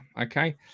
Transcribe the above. okay